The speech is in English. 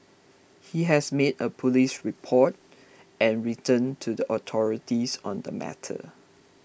he has made a police report and written to the authorities on the matter